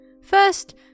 First